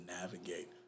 navigate